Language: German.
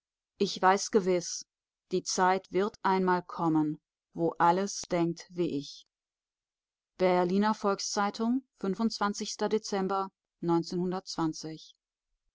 ich weiß gewiß die zeit wird einmal kommen wo alles denkt wie ich berliner volks-zeitung dezember